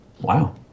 wow